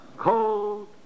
Cold